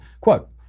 Quote